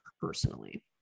personally